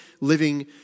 living